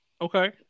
okay